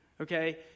Okay